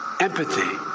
empathy